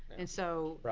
and so,